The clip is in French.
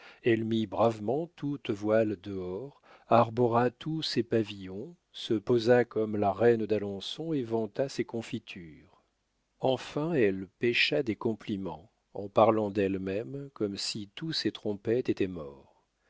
elle mit bravement toutes voiles dehors arbora tous ses pavillons se posa comme la reine d'alençon et vanta ses confitures enfin elle pêcha des compliments en parlant d'elle-même comme si tous ses trompettes étaient morts